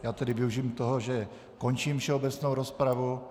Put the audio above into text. Já tedy využiji toho, že končím všeobecnou rozpravu.